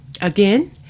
again